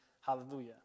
hallelujah